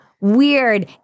weird